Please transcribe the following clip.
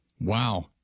Wow